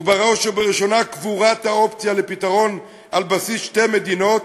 ובראש ובראשונה קבורת האופציה לפתרון על בסיס שתי מדינות,